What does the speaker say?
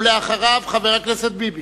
אחריו, חבר הכנסת ביבי.